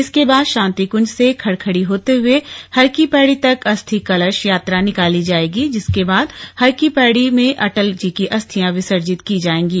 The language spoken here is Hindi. इसके बाद शांति कुंज से खड़खड़ी होते हुए हर की पैड़ी तक अस्थि कलश यात्रा निकाली जाएगी जिसके बाद हर की पैड़ी ब्रह्मकुंड में अटल जी की अस्थियां विसर्जित की जाएंगी